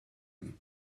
him